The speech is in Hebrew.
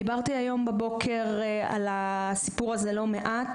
דיברתי היום בבוקר על הסיפור הזה לא מעט,